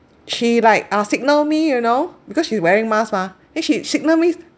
she like uh signal me you know because she's wearing mask mah then she signal me